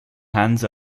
hands